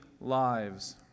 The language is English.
lives